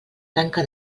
tanca